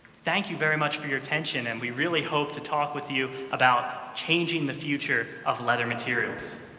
thank you very much for your attention, and we really hope to talk with you about changing the future of leather materials.